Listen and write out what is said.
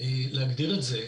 להגדיר את זה,